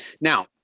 Now